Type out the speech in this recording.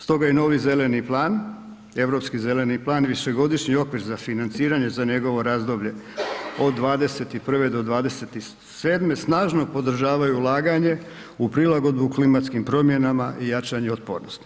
Stoga je novi zeleni plan, Europski zeleni plan, višegodišnji okvir za financiranje za njegovo razdoblje od 2021.-2027. snažno podržava ulaganje u prilagodbu klimatskim promjenama i jačanje otpornosti.